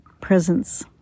presence